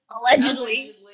Allegedly